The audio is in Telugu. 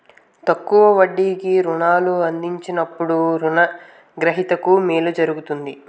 తక్కువ వడ్డీకి రుణాలు అందించినప్పుడు రుణ గ్రహీతకు మేలు జరుగుతుంది